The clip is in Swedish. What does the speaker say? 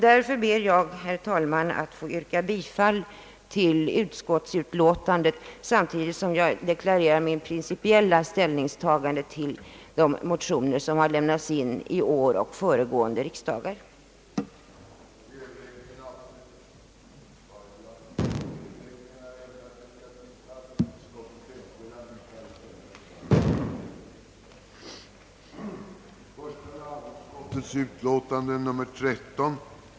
Därför ber jag, herr talman, att få yrka bifall till utskottsutlåtandet, samtidigt som jag deklarerar mitt principiella ställningstagande till de motioner som lämnats in i år och vid föregående riksdagar.